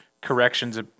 corrections